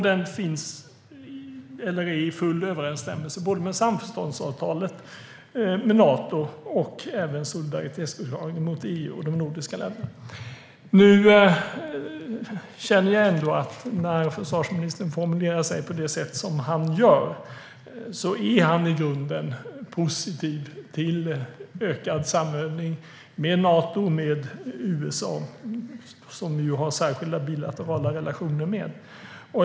Den är i full överensstämmelse både med samförståndsavtalet med Nato och med solidaritetsförklaringen mellan EU och de nordiska länderna. När försvarsministern formulerar sig på det sätt som han gör känner jag att han i grunden är positiv till ökad samövning med Nato och med USA, som vi ju har särskilda bilaterala relationer med.